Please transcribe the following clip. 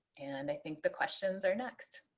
and i think the questions are next.